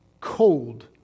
cold